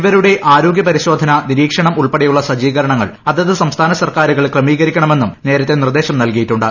ഇവരുടെ ആരോഗ്യ പരിശോധന നിരീക്ഷണം തുടങ്ങിയവ ഉൾപ്പെടെയുള്ള സജ്ജീകരണങ്ങൾ അത് സംസ്ഥാന സർക്കാരുകൾ ക്രമീകരിക്കാനും നേരത്തെ നിർദ്ദേശം നൽകിയിട്ടുണ്ട്